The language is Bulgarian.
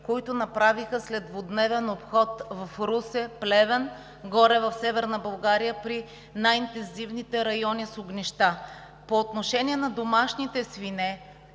които направиха след двудневен обход в Русе, Плевен, горе в Северна България – в най-интензивните райони с огнища. По отношение на домашните свине,